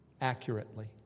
accurately